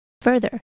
Further